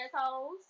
assholes